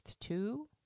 two